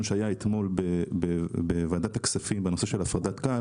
שהיה אתמול בוועדת הכספים בנושא של הפרדת כאל